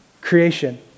creation